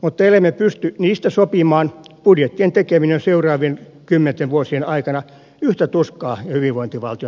mutta ellemme pysty niistä sopimaan budjettien tekeminen seuraavien kymmenten vuosien aikana on yhtä tuskaa ja hyvinvointivaltion alasajoa